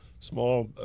small